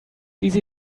easy